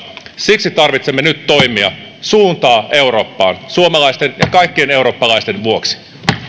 siksi tarvitsemme nyt toimia suuntaa eurooppaan suomalaisten ja kaikkien eurooppalaisten vuoksi